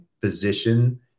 position